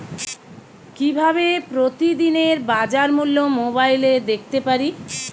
কিভাবে প্রতিদিনের বাজার মূল্য মোবাইলে দেখতে পারি?